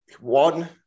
One